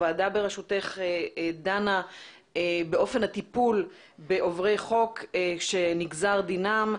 הוועדה בראשותך דנה באופן הטיפול בעוברי חוק שנגזר דינם.